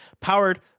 Powered